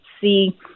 see